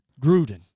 Gruden